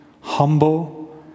humble